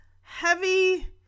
heavy